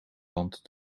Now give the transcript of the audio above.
land